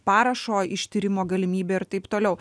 parašo ištyrimo galimybė ir taip toliau